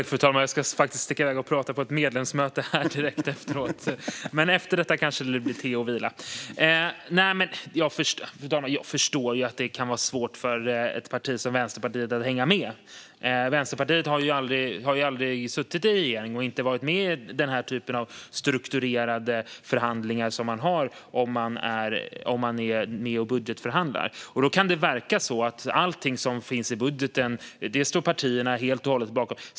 Fru talman! Jag ska tala på ett medlemsmöte direkt efteråt. Men efter det blir det kanske te och vila. Fru talman! Jag förstår att det kan vara svårt för ett parti som Vänsterpartiet att hänga med. Vänsterpartiet har aldrig suttit i en regering eller varit med i den typen av strukturerade förhandlingar som man har när man budgetförhandlar. Det kan verka som att partierna står helt och hållet bakom allt som finns med i budgeten.